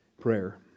prayer